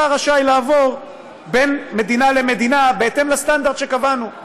אתה רשאי לעבור בין מדינה למדינה בהתאם לסטנדרט שקבענו,